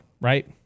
right